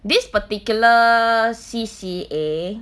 this particular C_C_A